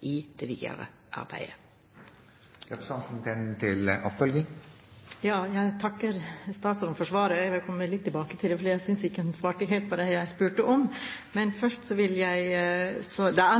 i det vidare arbeidet. Jeg takker statsråden for svaret. Jeg vil komme litt tilbake til det, for jeg synes ikke hun svarte helt på det jeg spurte om. Det er